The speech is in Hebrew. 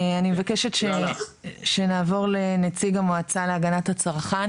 אני מבקשת שנעבור לנציג המועצה להגנת הצרכן,